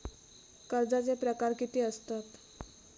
कर्जाचे प्रकार कीती असतत?